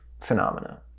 phenomena